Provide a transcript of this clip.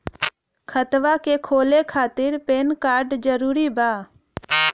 खतवा के खोले खातिर पेन कार्ड जरूरी बा?